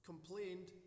Complained